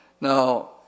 Now